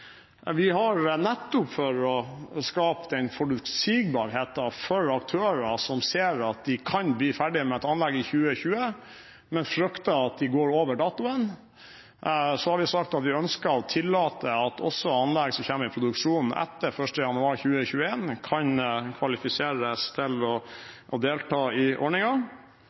Vi har – nettopp for å skape den forutsigbarheten for aktører som ser at de kan bli ferdige med et anlegg i 2020, men frykter at de går over datoen – sagt at vi ønsker å tillate at også anlegg som kommer i produksjon etter 1. januar 2021, kan kvalifiseres til å delta i